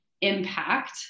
impact